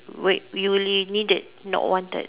wait you really needed not wanted